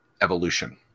evolution